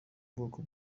bwoko